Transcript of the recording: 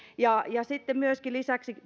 sitten lisäksi